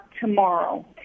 tomorrow